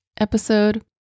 episode